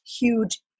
huge